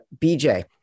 BJ